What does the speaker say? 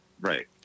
Right